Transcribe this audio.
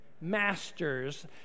masters